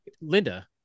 Linda